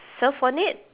surf on it